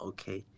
Okay